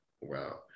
Wow